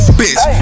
bitch